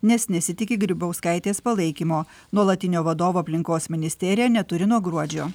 nes nesitiki grybauskaitės palaikymo nuolatinio vadovo aplinkos ministerija neturi nuo gruodžio